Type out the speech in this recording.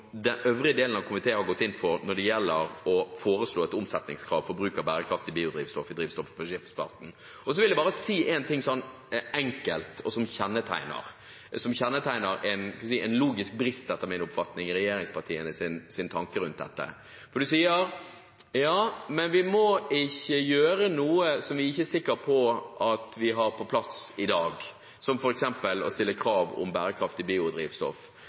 den øvrige delen av komiteen har gått inn for når det gjelder å foreslå et omsetningskrav for bruk av bærekraftig biodrivstoff i drivstoffet for skipsfarten. Jeg vil bare si en ting sånn enkelt, som kjennetegner en logisk brist, etter min oppfatning, i regjeringspartienes tanke rundt dette. De sier ja, men vi må ikke gjøre noe som vi ikke er sikre på at vi har på plass i dag, som f.eks. å stille krav om bærekraftig biodrivstoff.